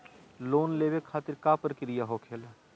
Loan लेवे खातिर का का प्रक्रिया होखेला?